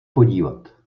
podívat